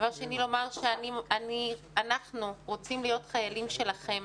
דבר שני, לומר שאנחנו רוצים להיות חיילים שלכם.